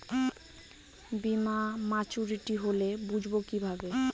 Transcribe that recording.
বীমা মাচুরিটি হলে বুঝবো কিভাবে?